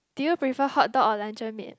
do you prefer hotdog or luncheon meat